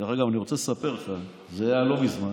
דרך אגב, אני רוצה לספר לך, זה היה לא מזמן,